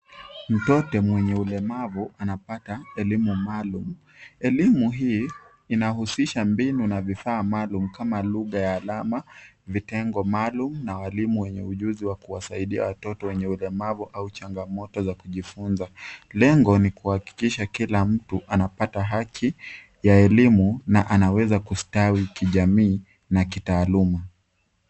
Mtoto mwenye ulemavu anapata elimu maalum. Elimu hii inahusisha mbinu na vifaa maalum kama lugha ya alama, vitengo maalum na walimu wenye ujuzi wa kuwasaidia watoto wenye ulemavu au changamoto za kujifunza. Lengo ni kuhakikisha kila mtu anapata haki ya elimu na anaweza kustawi kijamii na kitaaluma.